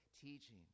teaching